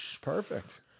Perfect